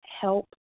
help